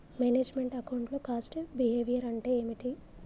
Manage meant account లో cost behaviour అంటే ఏమిటి?